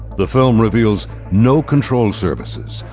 the film reveals no control surfaces,